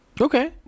Okay